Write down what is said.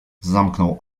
zamknął